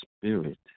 spirit